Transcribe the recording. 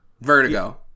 Vertigo